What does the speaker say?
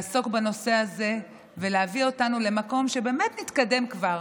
לעסוק בנושא הזה ולהביא אותנו למקום שבאמת נתקדם כבר